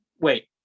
Wait